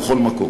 בכל מקום.